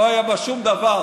לא היה בה שום דבר,